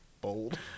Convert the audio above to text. Bold